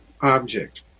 object